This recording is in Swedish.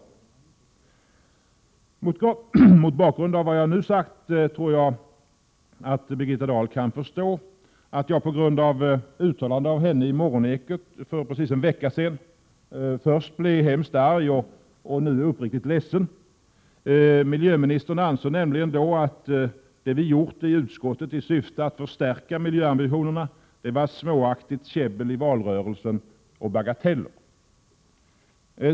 Jag tror att Birgitta Dahl mot bakgrund av vad jag nu sagt kan förstå att jag, på grund av ett uttalande av henne i Morgonekot för precis en vecka sedan, först blev hemskt arg och nu är uppriktigt ledsen. Miljöministern ansåg nämligen då att det vi gjort i utskottet i syfte att förstärka miljöambitionerna var, som hon sade, småaktigt käbbel i valrörelsen och bagateller.